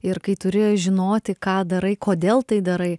ir kai turi žinoti ką darai kodėl tai darai